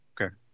Okay